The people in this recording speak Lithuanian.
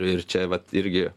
ir čia vat irgi